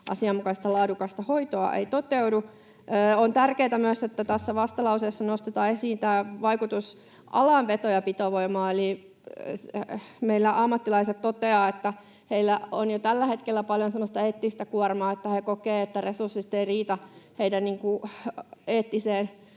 asianmukaista ja laadukasta hoitoa, ei toteudu. On tärkeätä myös, että tässä vastalauseessa nostetaan esiin vaikutus alan veto- ja pitovoimaan. Eli meillä ammattilaiset toteavat, että heillä on jo tällä hetkellä paljon semmoista eettistä kuormaa, ja he kokevat, että resurssit eivät riitä siihen eettiseen